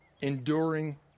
enduring